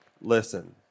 Listen